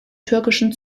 türkischen